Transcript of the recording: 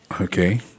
Okay